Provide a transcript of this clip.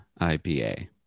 IPA